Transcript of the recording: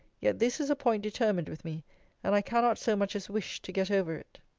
yet this is a point determined with me and i cannot so much as wish to get over it.